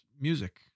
music